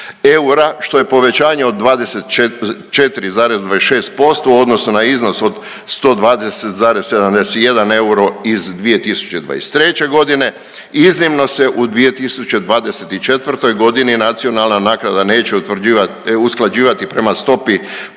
što je povećanje od 24,26% u odnosu na iznos od 120,71 euro iz 2023. g., iznimno se u 2024. g. nacionalna naknada neće utvrđivati, usklađivati prema stopi